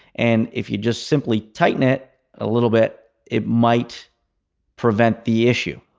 and if you just simply tighten it a little bit, it might prevent the issue.